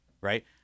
right